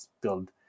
build